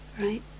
right